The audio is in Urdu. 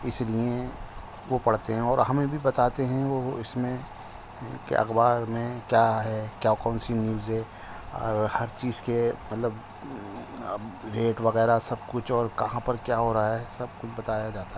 اس لیے وہ پڑھتے ہیں اور ہمیں بھی بتاتے ہیں وہ اس میں کہ اخبار میں کیا ہے کیا کون سی نیوز ہے اور ہر چیز کے مطلب اب ریٹ وغیرہ سب کچھ اور کہاں پر کیا ہو رہا ہے سب کچھ بتایا جاتا ہے